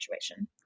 situation